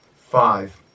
five